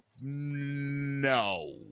no